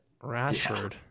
Rashford